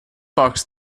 box